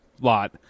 lot